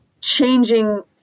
changing